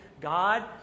God